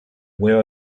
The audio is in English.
where